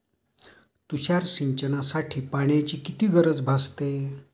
तुषार सिंचनासाठी पाण्याची किती गरज भासते?